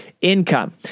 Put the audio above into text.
income